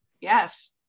Yes